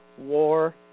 war